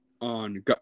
on